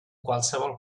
qualsevol